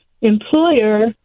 employer